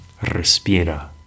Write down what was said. Respira